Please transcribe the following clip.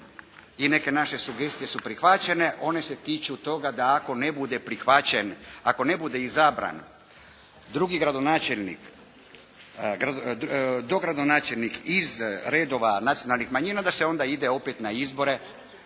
i neke naše sugestije su prihvaćene. One se tiču toga da ako ne bude prihvaćen, ako ne bude izabran drugi gradonačelnik, dogradonačelnik iz redova nacionalnih manjina da se onda ide opet na izbore